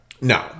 No